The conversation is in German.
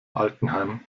altenheim